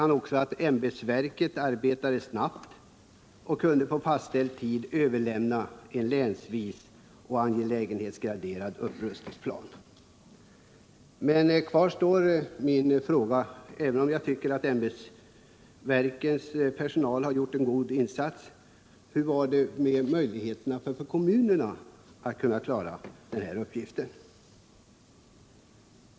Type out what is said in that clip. Han sade att ämbetsverken arbetat snabbt och på fastställd tid kunnat överlämna en angelägenhetsgraderad upprustningsplan länsvis. Även om jag tycker att ämbetsverkens personal gjort en god insats kvarstår min fråga: Vilka möjligheter hade kommunerna att klara den här uppgiften?